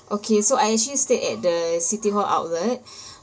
okay so I actually stayed at the city hall outlet